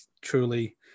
truly